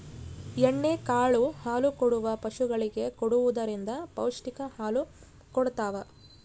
ಎಣ್ಣೆ ಕಾಳು ಹಾಲುಕೊಡುವ ಪಶುಗಳಿಗೆ ಕೊಡುವುದರಿಂದ ಪೌಷ್ಟಿಕ ಹಾಲು ಕೊಡತಾವ